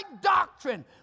doctrine